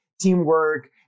teamwork